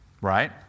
Right